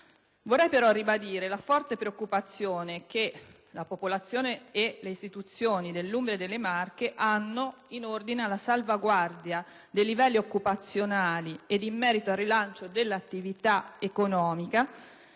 Vorrei però ribadire la forte preoccupazione che la popolazione e le istituzioni dell'Umbria e delle Marche nutrono in ordine alla salvaguardia dei livelli occupazionali e in merito al rilancio dell'attività economica